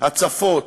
הצפות,